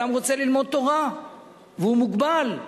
אדם רוצה ללמוד תורה והוא מוגבל,